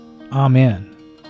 Amen